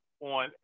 on